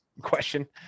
question